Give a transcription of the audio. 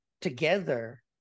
together